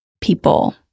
people